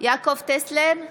יעקב טסלר,